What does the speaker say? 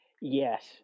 yes